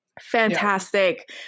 Fantastic